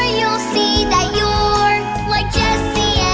you'll see that you're like jesse